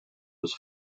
was